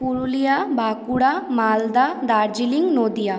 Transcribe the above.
Purulia Bankura Malda Darjeeling Nadia